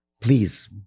Please